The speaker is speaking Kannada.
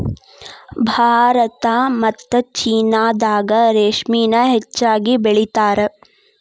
ಭಾರತಾ ಮತ್ತ ಚೇನಾದಾಗ ರೇಶ್ಮಿನ ಹೆಚ್ಚಾಗಿ ಬೆಳಿತಾರ